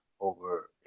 over